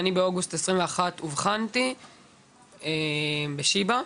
אובנתי באוגוסט, בשנת 2021, בבית החולים ׳שיבא׳.